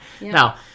Now